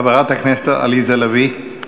חברת הכנסת עליזה לביא.